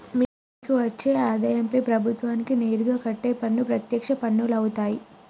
మీకు వచ్చే ఆదాయంపై ప్రభుత్వానికి నేరుగా కట్టే పన్ను ప్రత్యక్ష పన్నులవుతాయ్